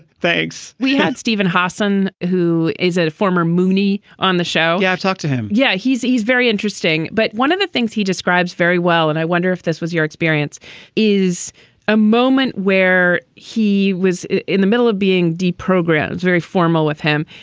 thanks we had steven hossen, who is a former moonie on the show. yeah i've talked to him. yeah, he's he's very interesting. but one of the things he describes very well and i wonder if this was your experience is a moment where he was in the middle of being de-program, is very formal with him.